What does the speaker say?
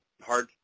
hard